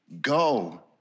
Go